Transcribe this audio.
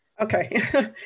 Okay